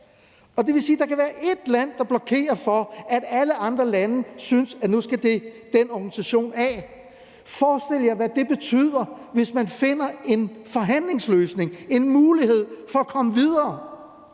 det vil sige, at der kan være ét land, der blokerer for det, når alle andre lande synes, at den organisation nu skal af den. Forestil jer, hvad det betyder, hvis man finder en forhandlingsløsning, en mulighed for at komme videre,